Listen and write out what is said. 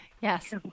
Yes